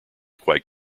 quite